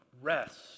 rest